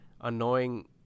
annoying